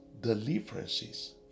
deliverances